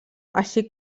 així